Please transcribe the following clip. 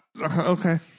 okay